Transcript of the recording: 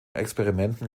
experimenten